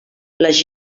les